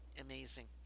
amazing